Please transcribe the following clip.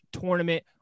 Tournament